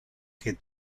que